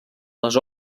les